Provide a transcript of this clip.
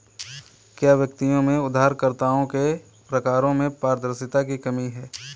क्या व्यक्तियों में उधारकर्ताओं के प्रकारों में पारदर्शिता की कमी है?